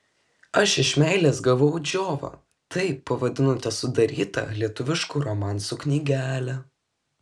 aš iš meilės gavau džiovą taip pavadinote sudarytą lietuviškų romansų knygelę